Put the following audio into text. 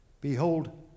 Behold